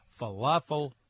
Falafel